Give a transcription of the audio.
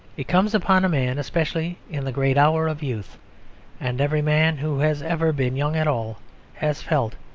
it comes upon a man especially in the great hour of youth and every man who has ever been young at all has felt,